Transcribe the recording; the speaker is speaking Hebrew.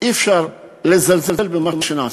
שאי-אפשר לזלזל במה שנעשה.